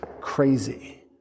crazy